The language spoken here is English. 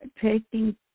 taking